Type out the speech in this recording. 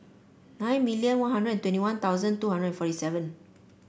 nine million One Hundred and twenty One Thousand two hundred forty seven